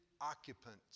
occupants